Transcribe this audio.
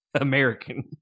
American